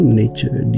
nature